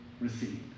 receive